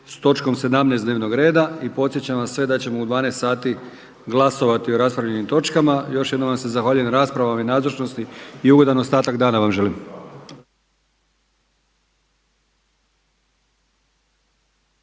s točkom 17. dnevnog reda i podsjećam vas sve da ćemo u 12 sati glasovati o raspravljanim točkama. Još jednom vam se zahvaljujem na raspravama i nazočnosti i ugodan ostatak dana vam želim.